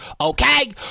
okay